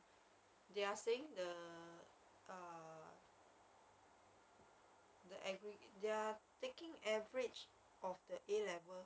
eh but that time I thought they say they're going to because of the COVID ah they wanted to do a average